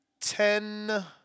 Ten